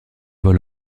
vol